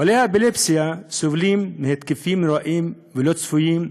חולי האפילפסיה סובלים מהתקפים נוראיים ולא צפויים,